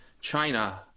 China